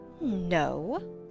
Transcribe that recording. No